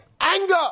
anger